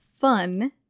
fun